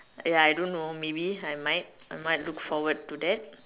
ya I don't know maybe I might I might look forward to that